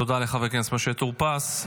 תודה לחבר הכנסת משה טור פז.